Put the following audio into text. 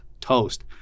Toast